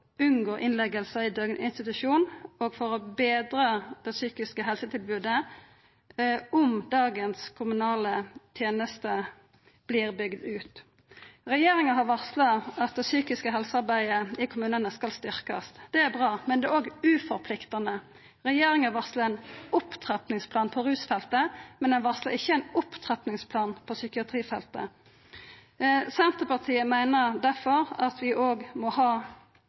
unngå innleggingar i døgninstitusjon og for å betra det psykiske helsetilbodet om dagens kommunale tenester vert bygde ut. Regjeringa har varsla at det psykiske helsearbeidet i kommunane skal styrkjast. Det er bra, men det er òg uforpliktande. Regjeringa varslar ein opptrappingsplan på rusfeltet, men dei varslar ikkje ein opptrappingsplan på psykiatrifeltet. Senterpartiet meiner at vi òg må ha